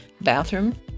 bathroom